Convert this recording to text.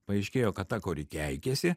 paaiškėjo kad ta kuri keikiasi